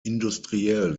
industriell